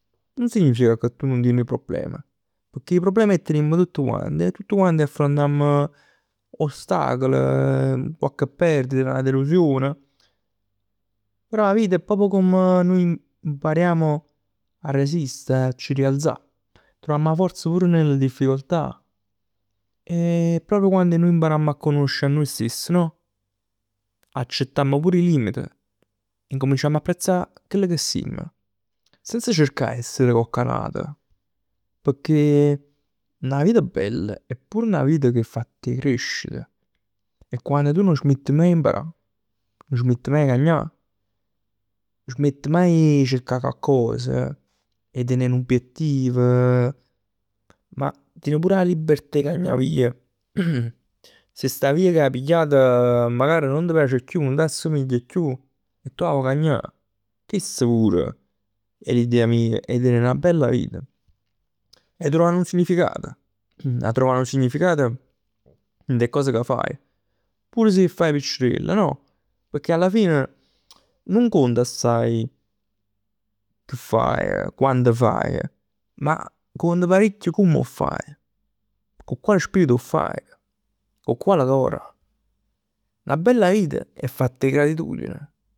Nun significa che tu nun tien 'e prublem, pecchè 'e problem 'e tenimm tutt quant e tutt quant affrontamm ostacol, cocche perdita, 'na delusione. Però 'a vita è proprio comm nuje impariamo a resiste, a ci rialzà. Truvamm 'a forza pure nelle difficoltà. E proprio quann nuje imparamm a conosc a nuje stess no? Accettamm pur 'e limiti. Accuminciamm a pensà a chell che simm. Senza cerca 'e essere cocch'ato. Pecchè 'na vita bella è pure 'na vita che è fatt 'e crescita. E quann uno nun smett maje 'e imparà, nun smette maje 'e cagnà, nun smette maje 'e cercà coccos, 'e tenè n'obiettiv. Ma tien pur 'a libertà 'e cagnà via. Se sta via che 'a pigliat magari nun t' piace chiù, nun t'assomiglia chiù e tu 'a vuò cagnà. Chest pur 'e l'idea mia. È l'idea 'e 'na bella vita. 'e truvà nu significato. 'e truvà nu significato dint 'e cose ca faje. Pur si 'e faje piccirell no? Pecchè alla fine nun conta assaje che faje o quanto faje, ma conta parecchio comm 'o faje. Co quale spirito 'o faje. Co quale core. 'Na bella vita è fatta 'e gratitudine